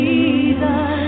Jesus